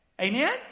Amen